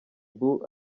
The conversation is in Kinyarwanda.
boo